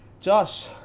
Josh